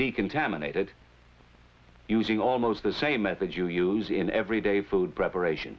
decontaminated using almost the same method you use in everyday food preparation